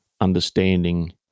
understanding